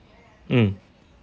mm